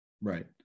right